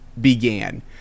began